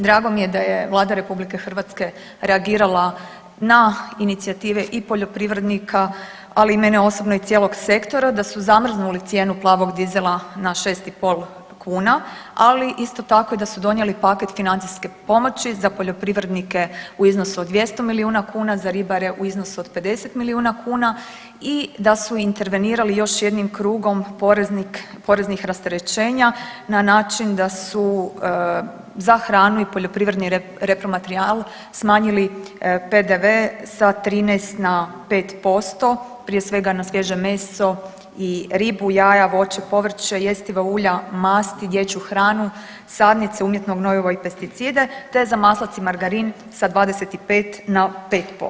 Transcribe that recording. Drago mi je da je Vlada RH reagirala na inicijative i poljoprivrednika, ali i mene osobno i cijelog sektora da su zamrznuli cijenu plavog dizela na 6,5 kuna, ali isto tako i da su donijeli paket financijske pomoći za poljoprivrednike u iznosu od 200 milijuna kuna, za ribare u iznosu od 50 milijuna kuna i da su intervenirali još jednim krugom poreznih rasterećenja na način da su za hranu i poljoprivredni repromaterijal smanjili PDV sa 13 na 5% prije svega na svježe meso i ribu, jaja, voće, povrće, jestiva ulja, masti, dječju hranu, sadnice, umjetno gnojivo i pesticide te za maslac i margarin sa 25 na 5%